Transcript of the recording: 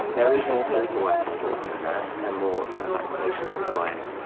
there is more paperwork involved in that and more vaccinations required.